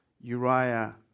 Uriah